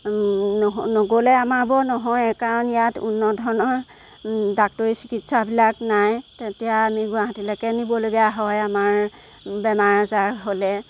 নগ'লে আমাৰ বাৰু নহয়ে কাৰণ ইয়াত উন্নত ধৰণৰ ডাক্টৰী চিকিৎসাবিলাক নাই এতিয়া আমি গুৱাহাটীলৈকে নিবলগীয়া হয় আমাৰ বেমাৰ আজাৰ হ'লে